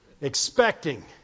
expecting